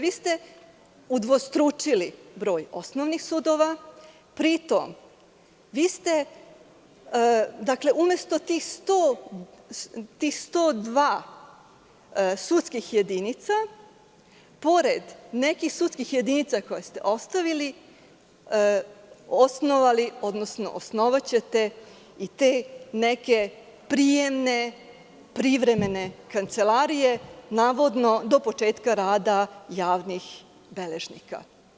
Vi ste udvostručili broj osnovnih sudova, a pri tome ćete umesto te 102 sudske jedinice, pored nekih sudskih jedinica koje ste ostavili, osnovati i te neke prijemne privremene kancelarije, navodno do početka rada javnih beležnika.